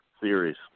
series